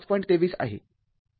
२३ आहे